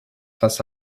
face